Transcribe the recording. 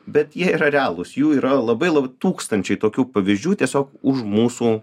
bet jie yra realūs jų yra labai la tūkstančiai tokių pavyzdžių tiesiog už mūsų